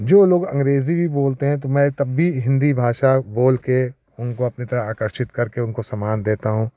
जो लोग अंग्रेज़ी भी बोलते हैं तो मैं तब भी हिन्दी भाषा बोल के उनको अपनी तरह आकर्षित करके उनको सामान देता हूँ